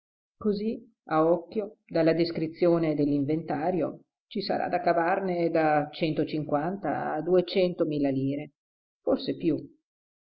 così a occhio dalla descrizione dell'inventario ci sarà da cavarne da centocinquanta a duecento mila lire forse più